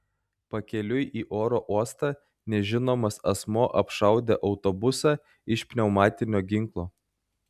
pakeliui į oro uostą nežinomas asmuo apšaudė autobusą iš pneumatinio ginklo